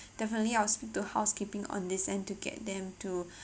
definitely I'll speak to housekeeping on this end to get them to